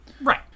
Right